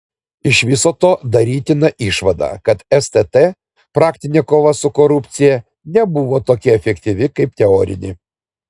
iš viso to darytina išvada kad stt praktinė kova su korupcija nebuvo tokia efektyvi kaip teorinė